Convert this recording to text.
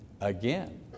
again